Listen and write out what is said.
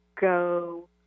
go